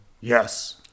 Yes